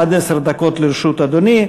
עד עשר דקות לרשות אדוני.